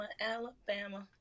Alabama